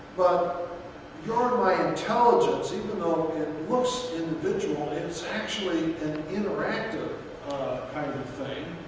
but your and my intelligence, even though it looks individual, it's actually an interactive kind of thing?